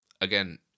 again